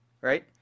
right